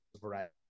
variety